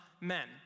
men